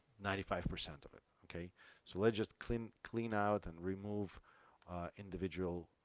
ninety five percent of it okay so let's just clean clean out and remove individual